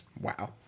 Wow